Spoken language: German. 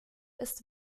ist